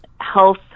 health